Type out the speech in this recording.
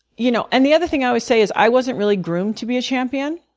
you know and the other thing i would say is i wasn't really groomed to be a champion.